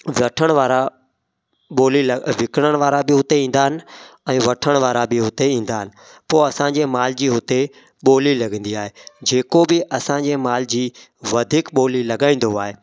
वठण वारा ॿोली ल विकिणण वारा बि हुते ईंदा आहिनि ऐं वठण वारा बि हुते ईंदा आहिनि पोइ असांजे माल जी हुते ॿोली लॻंदी आहे जेको बि असांजे माल जी वधीक ॿोली लॻाईंदो आहे